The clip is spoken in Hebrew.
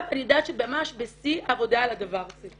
יודעת שזה עכשיו ממש בשיא העבודה על הדבר הזה.